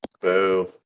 Boo